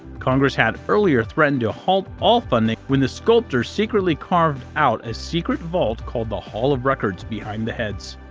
congress had earlier threatened to halt all funding when the sculptor secretly carved out a secret vault called the hall of records behind the heads.